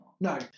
No